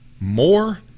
more